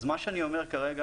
אז מה שאני אומר כרגע,